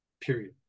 period